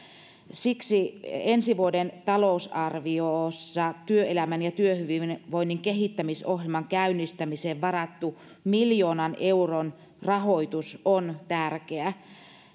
siksi ensi vuoden talousarviossa työelämän ja työhyvinvoinnin kehittämisohjelman käynnistämiseen varattu miljoonan euron rahoitus on tärkeä